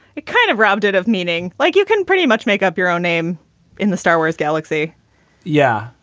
it kind of robbed it of meaning like you can pretty much make up your own name in the star wars galaxy yeah,